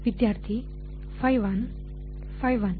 ವಿದ್ಯಾರ್ಥಿ ϕ 1 ϕ 1